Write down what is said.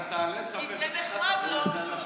כי זה נחמד לו.